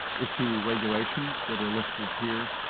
issue regulations that are listed here.